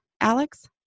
Alex